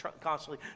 constantly